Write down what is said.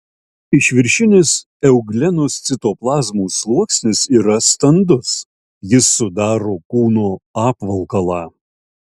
išviršinis euglenos citoplazmos sluoksnis yra standus jis sudaro kūno apvalkalą